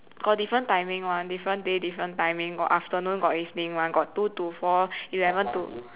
got different timing [one] different day different timing got afternoon got evening got two to four eleven to